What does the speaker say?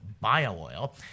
bio-oil